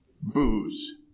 Booze